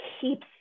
keeps